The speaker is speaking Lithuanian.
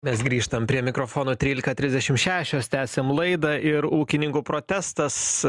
mes grįžtam prie mikrofono trylika trisdešim šešios tęsiam laidą ir ūkininkų protestas